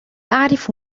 أعرف